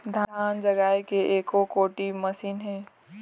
धान जगाए के एको कोठी मशीन हे?